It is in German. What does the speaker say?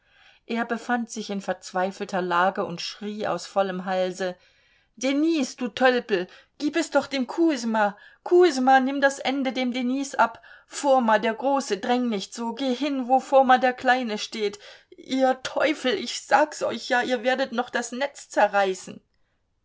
er befand sich in verzweifelter lage und schrie aus vollem halse denis du tölpel gib es doch dem kusjma kusjma nimm das ende dem denis ab foma der große dräng nicht so geh hin wo foma der kleine steht ihr teufel ich sag's euch ja ihr werdet noch das netz zerreißen